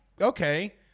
Okay